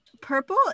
purple